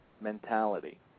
mentality